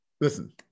listen